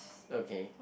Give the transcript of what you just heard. okay